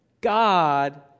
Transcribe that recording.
God